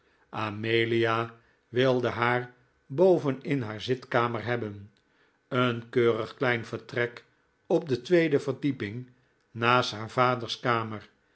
amelia wilde haar boven in haar zitkamer hebben een keurig klein vertrek op de tweede verdieping naast haar vaders kamer